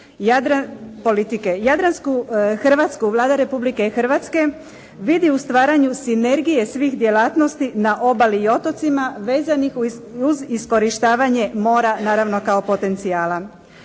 razvojne politike. Vlada Republike Hrvatske vidi u stvaranju sinergije svih djelatnosti na obali i otocima vezanih uz iskorištavanje mora, naravno kao potencijala.